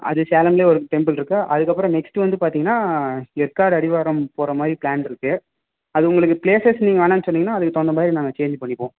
அது சேலம்லேயே ஒரு டெம்பிள் இருக்குது அதுக்கப்புறம் நெக்ஸ்ட் வந்து பார்த்தீங்கன்னா ஏற்காடு அடிவாரம் போகிற மாதிரி பிளேன் இருக்குது அது உங்களுக்கு பிளேசஸ் நீங்கள் வேணாம்னு சொன்னிங்கன்னால் அதுக்கு தகுந்த மாதிரி நாங்கள் சேஞ்ச் பண்ணிப்போம்